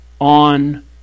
on